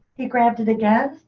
he grabbed it again.